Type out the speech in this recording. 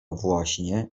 właśnie